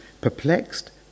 Perplexed